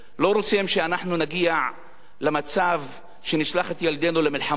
שהם לא רוצים שאנחנו נגיע למצב שנשלח את ילדינו למלחמות,